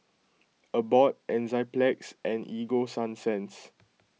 Abbott Enzyplex and Ego Sunsense